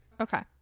Okay